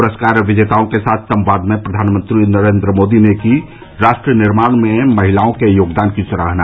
प्रस्कार विजेताओं के साथ संवाद में प्रधानमंत्री नरेन्द्र मोदी ने की राष्ट्र निर्माण में महिलाओं के योगदान की सराहना